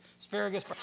Asparagus